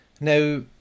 now